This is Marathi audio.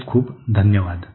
खूप खूप धन्यवाद